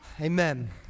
Amen